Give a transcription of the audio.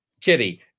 Kitty